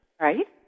Right